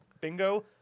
bingo